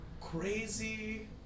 crazy